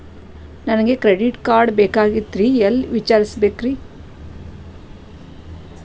ನನಗೆ credit card ಬೇಕಾಗಿತ್ರಿ ಎಲ್ಲಿ ವಿಚಾರಿಸಬೇಕ್ರಿ?